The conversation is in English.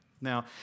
Now